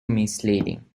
misleading